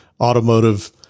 automotive